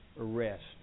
arrest